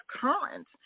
current